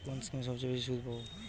কোন স্কিমে সবচেয়ে বেশি সুদ পাব?